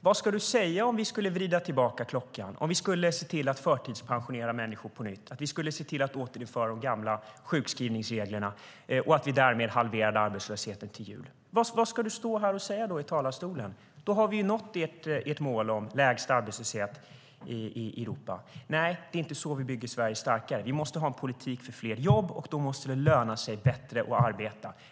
Vad skulle du säga om vi vred tillbaka klockan och såg till att förtidspensionera människor på nytt? Vad skulle du säga om vi såg till att återinföra de gamla sjukskrivningsreglerna och därmed halverade arbetslösheten till jul? Vad skulle du då stå i talarstolen och säga? Då skulle vi ju ha nått ert mål om lägst arbetslöshet i Europa. Nej, det är inte så vi bygger Sverige starkare. Vi måste ha en politik för fler jobb, och då måste det löna sig bättre att arbeta.